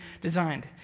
designed